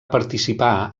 participar